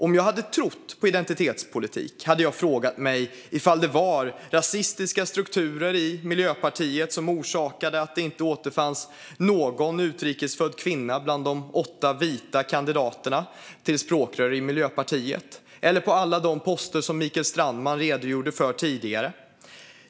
Om jag hade trott på identitetspolitik hade jag frågat mig om det var rasistiska strukturer i Miljöpartiet som orsakade att det inte återfanns någon utrikes född kvinna bland de åtta vita kandidaterna till språkrör i Miljöpartiet eller på alla de poster som Mikael Strandman tidigare redogjorde för.